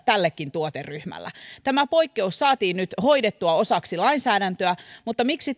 tällekin tuoteryhmälle tämä poikkeus saatiin nyt hoidettua osaksi lainsäädäntöä mutta syy miksi